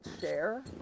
Share